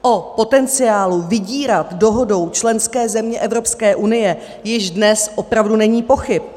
O potenciálu vydírat dohodou členské země Evropské unie již dnes opravdu není pochyb.